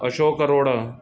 Ashok Arora